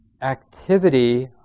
activity